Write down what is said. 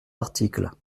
article